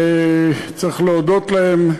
וצריך להודות להם,